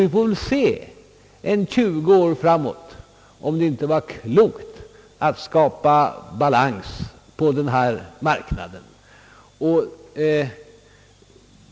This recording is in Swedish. Vi får väl se 20 år framåt, om vi inte då kommer att anse att det var klokt att skapa balans på denna marknad.